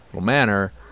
manner